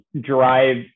drive